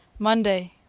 monday.